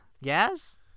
Yes